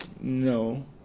No